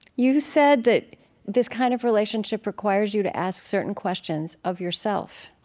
you said that this kind of relationship requires you to ask certain questions of yourself.